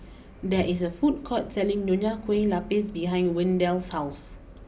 there is a food court selling Nonya Kueh Lapis behind Wendell's house